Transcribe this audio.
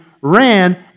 ran